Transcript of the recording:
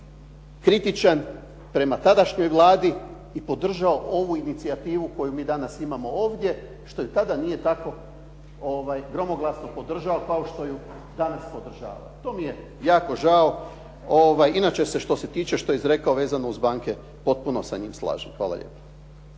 kritičan prema tadašnjoj Vladi i podržao ovu inicijativu koju mi danas imamo ovdje, što i tada nije tako gromoglasno podržao kao što ju danas podržava kao što ih danas podržava. To mi je jako žao. Ovaj inače se što se izrekao vezano uz banke, potpuno sa njim slažem. Hvala lijepo.